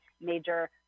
major